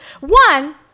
One